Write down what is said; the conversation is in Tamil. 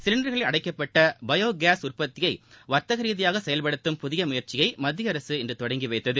சிலிண்டர்களில் அடைக்கப்பட்ட பயோ கேஸ் உற்பத்தியை வர்த்தக ரீதியாக செயல்படுத்தும் புதிய முயற்சியை மத்திய அரசு இன்று தொடங்கி வைத்தது